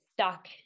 stuck